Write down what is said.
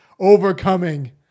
overcoming